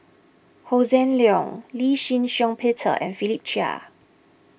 Hossan Leong Lee Shih Shiong Peter and Philip Chia